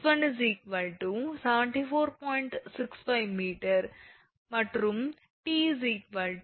65 𝑚 மற்றும் 𝑇 5764